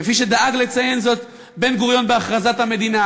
כפי שדאג לציין זאת בן-גוריון בהכרזת המדינה